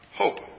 hope